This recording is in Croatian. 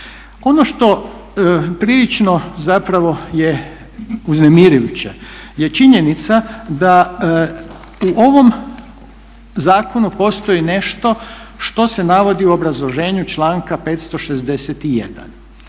Ono što prilično zapravo je uznemirujuće je činjenica da u ovom zakonu postoji nešto što se navodi u obrazloženju članka 561.